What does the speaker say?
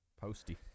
posty